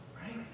Right